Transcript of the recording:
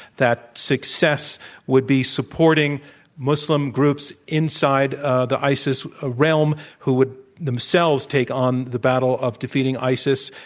that success would be supporting muslim groups inside ah the isis ah realm, who would themselves take on the battle of defeating isis.